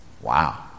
Wow